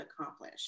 accomplish